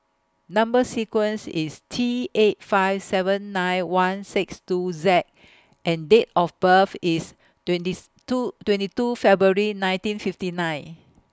Number sequence IS T eight five seven nine one six two Z and Date of birth IS twenties two twenty two February nineteen fifty nine